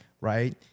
right